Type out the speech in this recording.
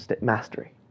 mastery